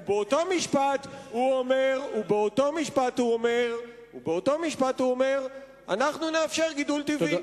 ובאותו משפט הוא אומר: אנחנו נאפשר גידול טבעי.